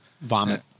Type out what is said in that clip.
vomit